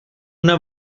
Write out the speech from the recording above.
una